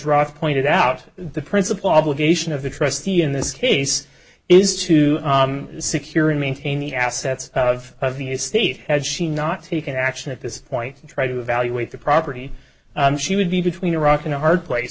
roth pointed out the principal obligation of the trustee in this case is to secure and maintain the assets of of the estate had she not taken action at this point to try to evaluate the property she would be between a rock and a hard place